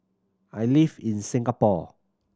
I live in Singapore